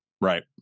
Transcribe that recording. Right